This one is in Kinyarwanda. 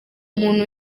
umuntu